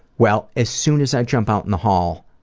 well, as soon as i jump out in the hall,